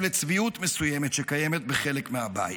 לצביעות מסוימת שקיימת בחלק מהבית.